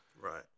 Right